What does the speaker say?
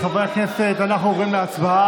חברי הכנסת, אנחנו עוברים להצבעה,